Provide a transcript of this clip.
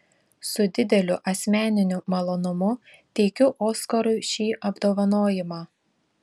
su dideliu asmeniniu malonumu teikiu oskarui šį apdovanojimą